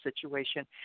situation